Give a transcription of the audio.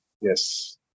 Yes